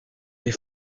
des